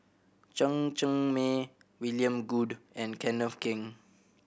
Chen Cheng Mei William Goode and Kenneth Keng